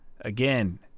again